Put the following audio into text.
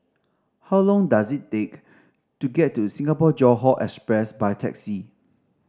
how long does it take to get to Singapore Johore Express by taxi